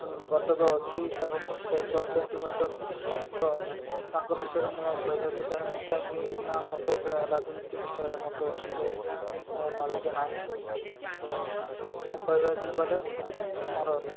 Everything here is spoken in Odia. କର୍ତ୍ତବ୍ୟ ଅଛି ଏବଂ ସେ କରିଛନ୍ତି ମଧ୍ୟ ତ ତାଙ୍କ ବିଷୟରେ ମୁଁ କହିବାକୁ ଚାହିଁନି କାହିଁକି ନା ମୋତେ ସେ ରାଜନୀତି ବିଷୟରେ ମୋତେ ଏତେ ନଲେଜ ନାହିଁ ତ ମୁଁ କହିବାକୁ ଗଲେ ମୋର